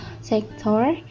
sector